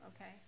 okay